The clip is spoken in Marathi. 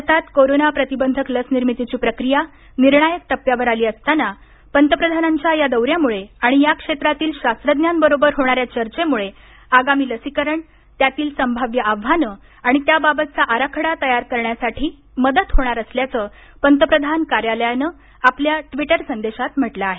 भारतात कोरोना प्रतिबंधक लस निर्मितीची प्रक्रिया निर्णायक टप्प्यावर आली असताना पंतप्रधानांच्या या दौऱ्यामुळे आणि या क्षेत्रातील शास्त्रज्ञांबरोबर होणाऱ्या चर्चेमुळेआगामी लसीकरण त्यातील संभाव्य आव्हानं आणि त्याबाबतचा आराखडा तयार करण्यासाठी मदत होणार असल्याचं पंतप्रधान कार्यालयानं आपल्या ट्वीटर संदेशात म्हंटल आहे